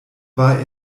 war